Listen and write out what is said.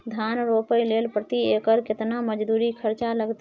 धान रोपय के लेल प्रति एकर केतना मजदूरी खर्चा लागतेय?